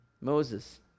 Moses